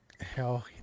hell